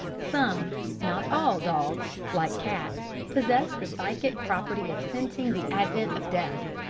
some, not all, dogs like cats possess the psychic property of scenting the advent of death,